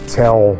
tell